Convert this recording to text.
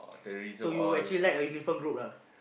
so you actually like a uniform group lah